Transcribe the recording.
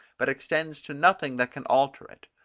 but extends to nothing that can alter it.